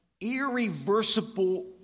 irreversible